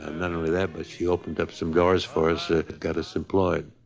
and not only that, but she opened up some doors for us that got us employed.